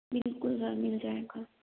बिल्कुल सर मिल जाएगा